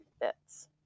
bits